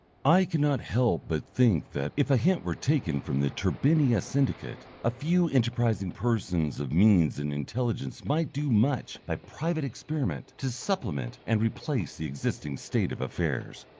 i cannot help but think that, if a hint were taken from the turbinia syndicate, a few enterprising persons of means and intelligence might do much by private experiment to supplement and replace the existing state of affairs.